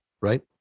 right